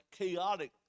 chaotic